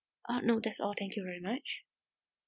ah no that's all thank you very much